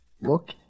look